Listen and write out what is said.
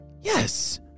yes